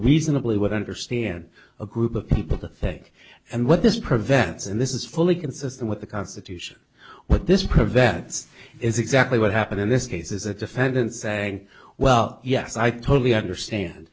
reasonably would understand a group of people to think and what this prevents and this is fully consistent with the constitution what this prevents is exactly what happened in this case is a defendant saying well yes i totally understand